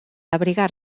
abrigar